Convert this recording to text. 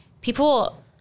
people